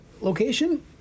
location